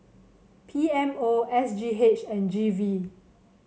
P M O S G H and G V